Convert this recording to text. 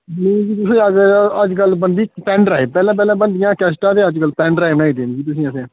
जी तुसें अगर अज्ज्कल ते बनदी पेन ड्राइव पैह्ले पैह्ले बनदियां ही कैस्टां अज्ज्कल पेन ड्राइव बनाई देनी जी असें तुसें